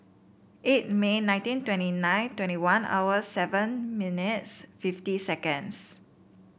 eight May nineteen twenty nine twenty one hours seven minutes fifty seconds